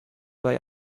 bei